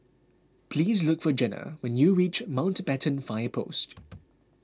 please look for Jenna when you reach Mountbatten Fire Post